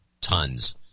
Tons